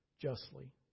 justly